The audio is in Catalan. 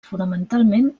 fonamentalment